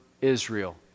Israel